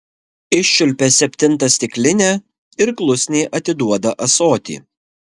iščiulpia septintą stiklinę ir klusniai atiduoda ąsotį